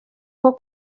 nko